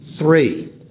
Three